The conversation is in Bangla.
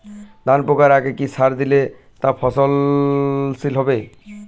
ধান পাকার আগে কি সার দিলে তা ফলনশীল হবে?